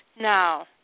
No